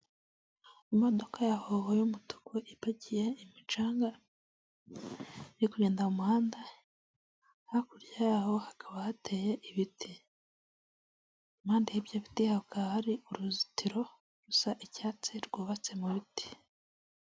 Imodoka ya hoho y'umutuku ipakiye imicanga iri kugenda mu muhanda hakurya yaho hakaba hateye ibiti impande y'ibyo biti haka hari uruzitiro rusa icyatsi rwubatse mu biti.